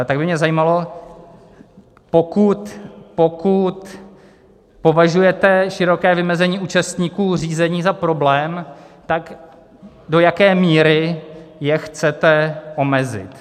Tak by mě zajímalo, pokud považujete široké vymezení účastníků řízení za problém, tak do jaké míry je chcete omezit.